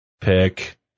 pick